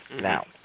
Now